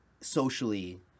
socially